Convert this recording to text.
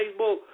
Facebook